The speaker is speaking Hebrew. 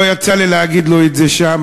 לא יצא לי להגיד לו את זה שם,